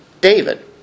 David